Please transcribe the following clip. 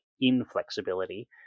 inflexibility